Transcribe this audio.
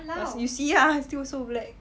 you see ah still so black